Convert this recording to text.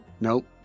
nope